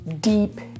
deep